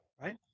Right